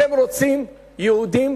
אתם רוצים יהודים